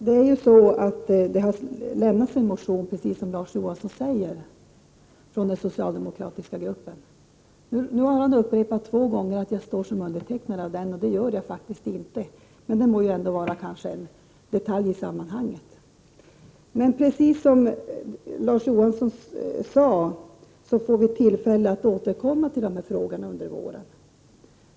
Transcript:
Herr talman! Det har avlämnats en motion från den socialdemokratiska gruppen, precis som Larz Johansson säger. Han har nu upprepat två gånger att jag står som undertecknare av den. Det gör jag faktiskt inte, men det må vara en detalj i sammanhanget. Men som Larz Johansson sade så får vi tillfälle att återkomma till denna fråga under våren.